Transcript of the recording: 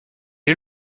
est